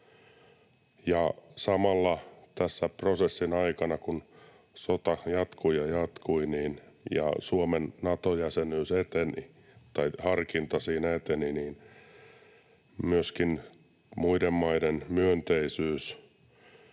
ja samalla tässä prosessin aikana, kun sota jatkui ja jatkui ja Suomen Nato-jäsenyyden harkinta eteni, muiden maiden myönteisyys